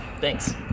Thanks